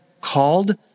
Called